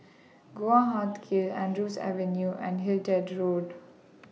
Guan Huat Kiln Andrews Avenue and Hindhede Road